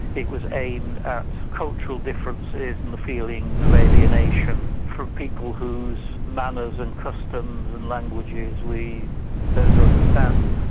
it was aimed at cultural differences and feelings of alienation from people whose manners and customs and languages we don't understand.